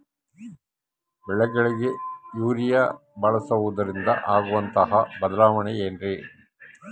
ಬೆಳೆಗಳಿಗೆ ಯೂರಿಯಾ ಬಳಸುವುದರಿಂದ ಆಗುವಂತಹ ಬದಲಾವಣೆ ಏನ್ರಿ?